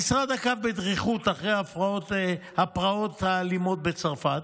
המשרד עקב בדריכות אחרי הפרעות האלימות בצרפת.